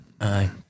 aye